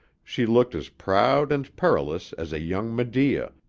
she looked as proud and perilous as a young medea,